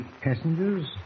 passengers